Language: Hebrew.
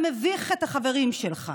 אתה מביך את החברים שלך.